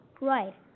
Right